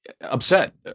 upset